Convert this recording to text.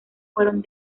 fueron